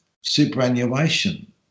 superannuation